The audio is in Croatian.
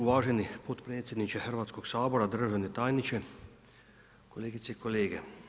Uvaženi potpredsjedniče Hrvatskog sabora, državni tajniče, kolegice i kolege.